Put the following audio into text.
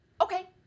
Okay